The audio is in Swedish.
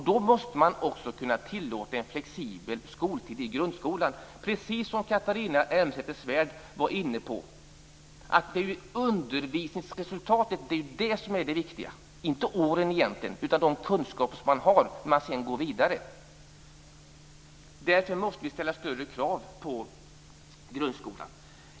Då måste vi också kunna tillåta en flexibel skoltid i grundskolan, precis som Catharina Elmsäter Svärd var inne på. Det är ju undervisningsresultatet som är det viktiga. Det är inte åren som är det viktiga, utan de kunskaper man har när man sedan går vidare. Därför måste vi ställa större krav på grundskolan.